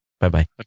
bye-bye